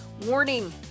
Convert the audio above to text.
Warning